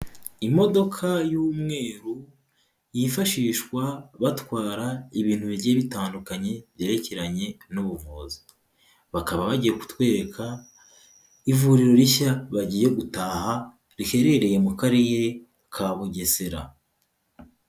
Imodoka y'umweru yifashishwa batwara ibintu bigiye bitandukanye byerekeranye n'ubuvuzi. Bakaba bagiye kutwereka ivuriro rishya bagiye gutaha riherereye mu Karere ka Bugesera.